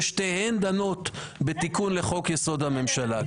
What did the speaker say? ששתיהן דנות בתיקון לחוק-יסוד: הממשלה.